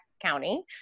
county